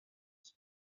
bye